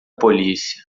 polícia